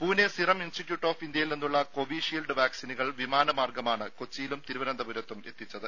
Pune serum institute of ഇന്ത്യയിൽ നിന്നുള്ള Covishield വാക്സിനുകൾ വിമാന മാർഗമാണ് കൊച്ചിയിലും തിരുവനന്തപുരത്തും എത്തിച്ചത്